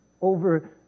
over